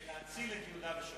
כדי להציל את יהודה ושומרון.